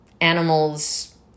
animals